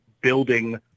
building